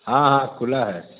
हाँ हाँ खुला है